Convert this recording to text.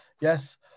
yes